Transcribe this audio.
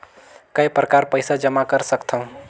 काय प्रकार पईसा जमा कर सकथव?